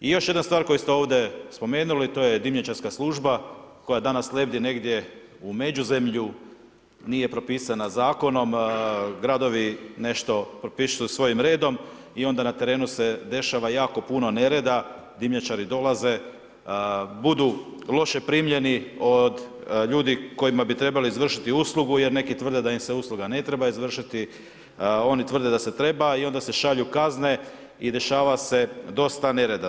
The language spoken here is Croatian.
I još jedna stvar koju ste ovdje spomenuli, to je dimnjačarska služba koja danas lebdi negdje u međuzemlju, nije propisana zakonom, gradovi nešto propisuju svojim redom i onda na terenu se dešava jako puno nereda, dimnjačari dolaze, budu loše primljeni od ljudi kojima bi trebali izvršiti uslugu jer neki tvrde da im se usluga ne treba izvršiti, oni tvrde da se treba i onda se šalju kazne i dešava se dosta nereda.